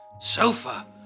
sofa